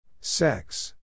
Sex